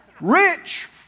Rich